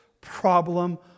Problem